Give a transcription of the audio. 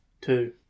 Two